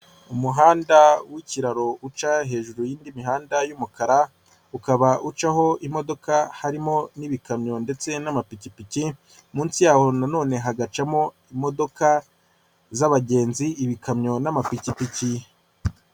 Umuhanda w'ikiraro uca hejuru y'indi mihanda y'umukara, ukaba ucaho imodoka harimo n'ibikamyo ndetse n'amapikipiki, munsi yaho nanone hagacamo imodoka z'abagenzi, ibikamyo n'amapikipiki.